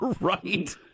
right